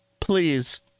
Please